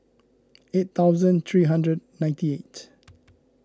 eight thousand three hundred ninety eight